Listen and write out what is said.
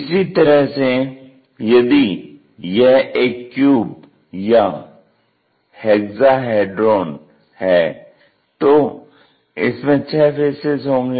इसी तरह से यदि यह एक क्यूब या हेक्साहेड्रॉन है तो इसमें छः फेसेज़ होंगे